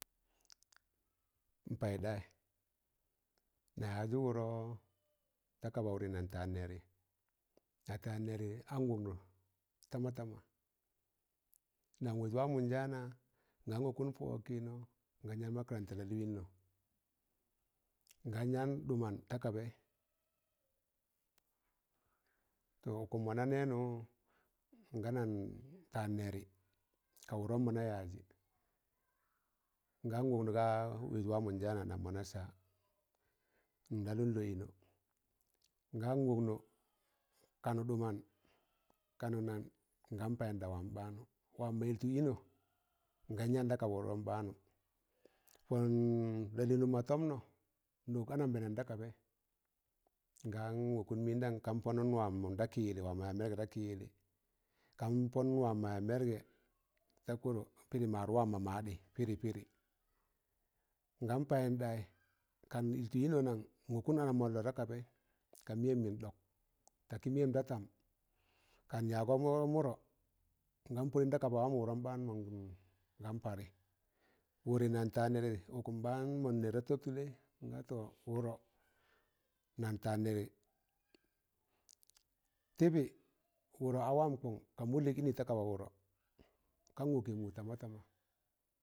Paịdayị, nayaji wụrọ takaba wụrị nan taan nẹrị, na taan nẹri an wụknọ tama tama, nam wẹẹj wamọ njaana nam wọkụm pọ wọg kịịno,̣ ngan yaan makaranta lalịnnọ, ngan yaan ɗụman ta kabai, tọ ụkụm mọ na nẹnụ ngan nan taan nẹrị ka wụrọm mọna yajị, ngan wụr gaa waij wamọ njaana nam mọ na saa, n lalụn lọ ịnọ, ngan wọknọ kanụ ɗụmnan, kanụ nan, ngan payịn da wam ɓaanu wam mọ yịltụ ịnọ ngam yaan da kaba wụrọm baanu pọn lalịnụm mọ tọmnọ, na wọk ananbẹẹnan da kabẹị ngan wọkụn mịndan kan pọnụm wam mọn dakị yịllị wanọ yaaz mẹrgẹ da kịlyịlị, kan pọnụn waan mọ yaaz mẹrgẹ da kọrọ tị pịrị maaɗwam mọ maadị pịrị pịri,̣ n gan payin ɗayi kanu iltu ịnọ nang? nwọkụn ana mọllọ da kabẹị ka mịyẹm mịn ɗọk takị mịyẹm da tam kam yagungo mụrọ, ngaan pọd da kaba wamọ wụrụm baan mọn gan parị wụrị nang taan nẹirị ụkụm baan mọ nẹg da tọb tụlaị nga tọ wụrọ nan taan nẹrị Tịbị wụrọ a wam kọng kamu lịg ịni ̣ta kaba wụrọ kan wọkẹ mụ tamatama.